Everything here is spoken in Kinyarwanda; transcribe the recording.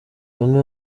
bamwe